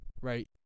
right